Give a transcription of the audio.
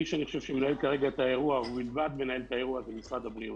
אני חושב שמי שמנהל את האירוע באופן בלעדי זה משרד הבריאות.